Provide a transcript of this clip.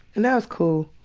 and that was cool.